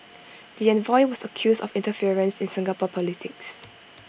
the envoy was accused of interference in Singapore politics